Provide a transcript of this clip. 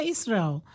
Israel